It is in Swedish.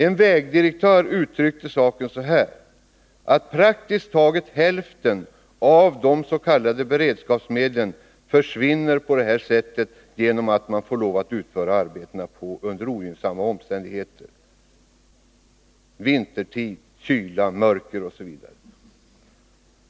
En vägdirektör uttryckte saken så här: Praktiskt taget hälften av de s.k. beredskapsmedlen försvinner genom att man får lov att utföra arbetena under ogynnsamma omständigheter — vintertid, i kyla, mörker osv.